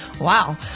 Wow